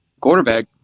quarterback